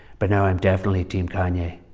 but now i'm definitely team kanye.